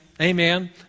amen